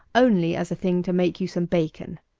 only as a thing to make you some bacon,